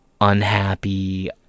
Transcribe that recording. unhappy